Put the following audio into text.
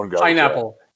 Pineapple